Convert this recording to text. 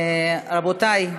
רבותי,